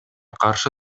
каршы